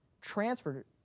transferred